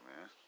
man